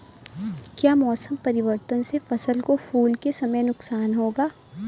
क्या मौसम परिवर्तन से फसल को फूल के समय नुकसान होगा?